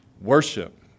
worship